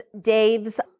Dave's